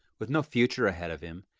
with no future ahead of him,